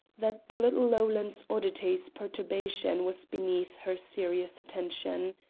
that the little lowland oddity's perturbation was beneath her serious attention.